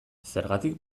zergatik